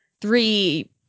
Three